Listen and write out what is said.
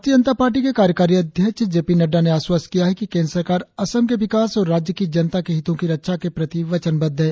भारतीय जनता पार्टी के कार्यकारी अध्यक्ष जे पी नड़डा ने आश्वस्त किया है कि केंद्र सरकार असम के विकास और राज्य की जनता के हितों की रक्षा के प्रति वचनबद्ध है